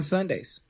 Sundays